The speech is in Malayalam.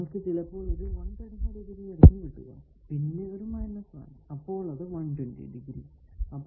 നിങ്ങൾക്കു ചിലപ്പോൾ ഒരു 135 ഡിഗ്രി ആയിരിക്കും കിട്ടുക